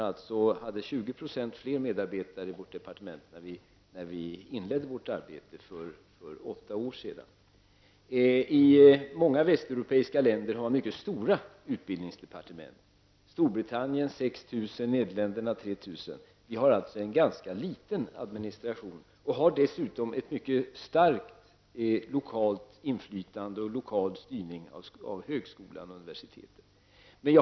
Det fanns alltså 20 % fler tjänstemän i departementet när vi för åtta år sedan inledde vårt arbete. Många västeuropeiska länder har mycket stora utbildningsdepartement. I Storbritannien är 6 000 Vi har alltså en ganska liten administration. Vi har dessutom ett mycket starkt lokalt inflytande och en mycket stark lokal styrning av högskolorna och universiteten.